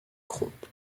groupe